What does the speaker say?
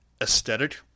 aesthetic